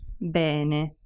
bene